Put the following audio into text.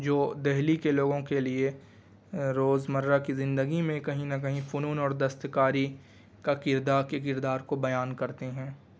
جو دلی کے لوگوں کے لیے روزمرہ کی زندگی میں کہیں نہ کہیں فنون اور دستکاری کا کردار کو بیان کرتے ہیں